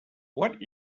what